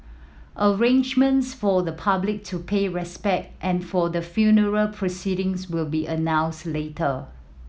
arrangements for the public to pay respect and for the funeral proceedings will be announced later